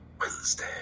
Wednesday